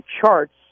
charts